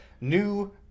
new